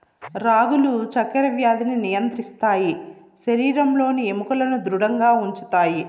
రాగులు చక్కర వ్యాధిని నియంత్రిస్తాయి శరీరంలోని ఎముకలను ధృడంగా ఉంచుతాయి